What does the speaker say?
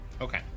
Okay